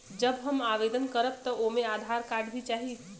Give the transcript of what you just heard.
जब हम आवेदन करब त ओमे आधार कार्ड भी चाही?